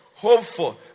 Hopeful